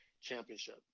championship